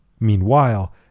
Meanwhile